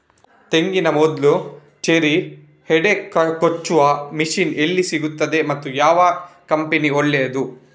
ತೆಂಗಿನ ಮೊಡ್ಲು, ಚೇರಿ, ಹೆಡೆ ಕೊಚ್ಚುವ ಮಷೀನ್ ಎಲ್ಲಿ ಸಿಕ್ತಾದೆ ಮತ್ತೆ ಯಾವ ಕಂಪನಿ ಒಳ್ಳೆದು?